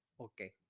Okay